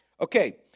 Okay